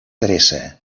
dreça